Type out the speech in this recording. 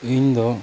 ᱤᱧ ᱫᱚ